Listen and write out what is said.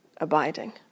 abiding